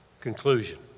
Conclusion